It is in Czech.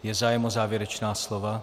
Je zájem o závěrečná slova?